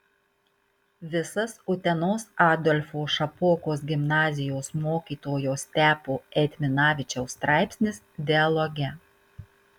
visas utenos adolfo šapokos gimnazijos mokytojo stepo eitminavičiaus straipsnis dialoge